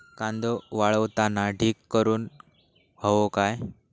कांदो वाळवताना ढीग करून हवो काय?